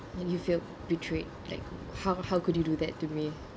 and you feel betrayed like how how could you do that to me